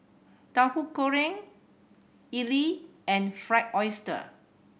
Tahu Goreng idly and Fried Oyster